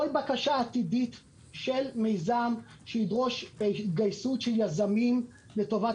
כל בקשה עתידית של מיזם שידרוש התגייסות של יזמים לטובת